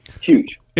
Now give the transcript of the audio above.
Huge